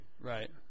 Right